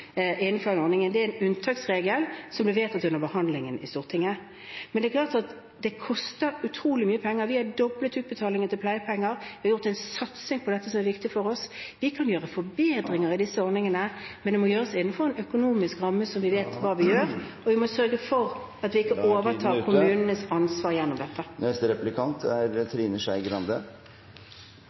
innenfor denne ordningen. Det er en unntaksregel som ble vedtatt under behandlingen i Stortinget. Men det koster utrolig mye penger. Vi har doblet utbetalingene til pleiepengeordningen, vi har satset på dette, som er viktig for oss. Vi kan gjøre forbedringer i disse ordningene, men det må gjøres innenfor en økonomisk ramme som vi vet har virket, og vi må sørge for at vi ikke overtar kommunenes ansvar gjennom dette. Taletiden er ute. – Neste replikant er Trine Skei Grande.